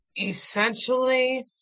Essentially